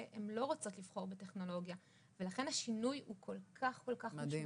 שהן לא רוצות לבחור בטכנולוגיה ולכן השינוי הוא כל כך משמעותי.